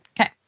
Okay